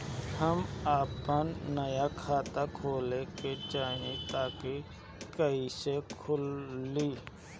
हम आपन नया खाता खोले के चाह तानि कइसे खुलि?